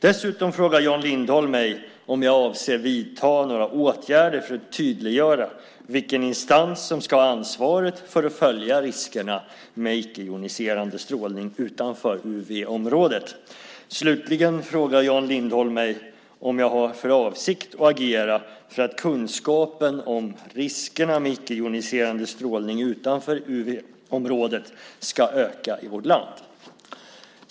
Dessutom frågar Jan Lindholm mig om jag avser att vidta några åtgärder för att tydliggöra vilken instans som ska ha ansvaret för att följa riskerna med icke-joniserande strålning utanför UV-området. Slutligen frågar Jan Lindholm mig om jag har för avsikt att agera för att kunskapen om riskerna med icke-joniserande strålning utanför UV-området ska öka i vårt land.